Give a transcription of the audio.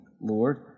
Lord